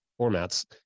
formats